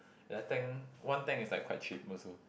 ya tank one tank is like quite cheap also